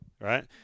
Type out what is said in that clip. right